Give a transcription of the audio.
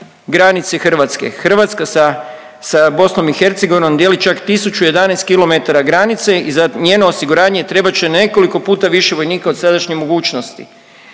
Hrvatska sa, sa BiH dijeli čak 1011 km granice i za njeno osiguranje trebat će nekoliko puta više vojnika od sadašnje mogućnosti.